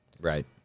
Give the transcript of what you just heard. Right